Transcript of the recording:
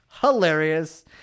Hilarious